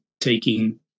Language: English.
taking